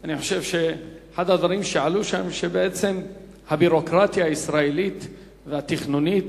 אני חושב שאחד הדברים שעלו הוא שבעצם הביורוקרטיה הישראלית והתכנונית,